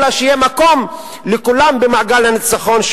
אלא שיהיה מקום לכולם במעגל הניצחון,